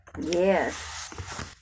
Yes